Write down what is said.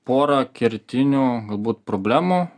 porą kertinių galbūt problemų